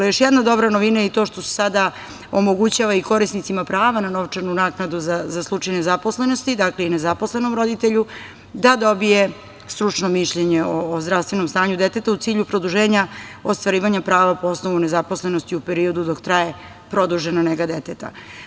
Još jedna dobra novina i to što se sada omogućava i korisnicima prava na novčanu naknadu za slučaj nezaposlenosti, dakle i nezaposlenom roditelju da dobije stručno mišljenje o zdravstvenom stanju deteta, u cilju produženja ostvarivanje prava po osnovu nezaposlenosti u periodu dok traje produžena nega deteta.